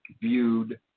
viewed